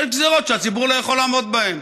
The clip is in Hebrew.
יש גזרות שהציבור לא יכול לעמוד בהן.